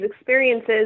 experiences